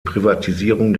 privatisierung